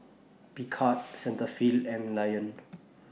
Picard Cetaphil and Lion